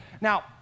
Now